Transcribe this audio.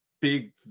big